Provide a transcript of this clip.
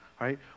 right